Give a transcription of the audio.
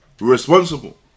responsible